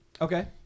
Okay